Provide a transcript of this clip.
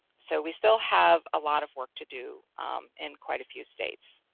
so we still have a lot of work to do in quite a few states.